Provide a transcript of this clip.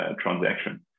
transaction